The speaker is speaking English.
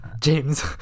James